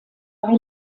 bei